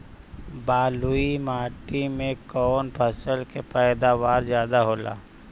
बालुई माटी में कौन फसल के पैदावार ज्यादा होला?